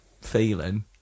feeling